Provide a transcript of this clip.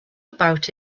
about